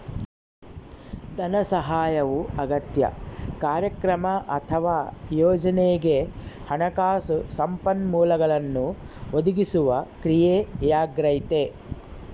ಧನಸಹಾಯವು ಅಗತ್ಯ ಕಾರ್ಯಕ್ರಮ ಅಥವಾ ಯೋಜನೆಗೆ ಹಣಕಾಸು ಸಂಪನ್ಮೂಲಗಳನ್ನು ಒದಗಿಸುವ ಕ್ರಿಯೆಯಾಗೈತೆ